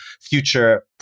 future